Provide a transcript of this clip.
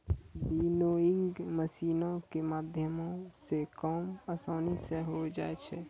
winnowing मशीनो के माध्यमो से काम असानी से होय जाय छै